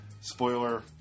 Spoiler